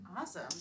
Awesome